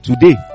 today